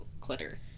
clutter